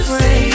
say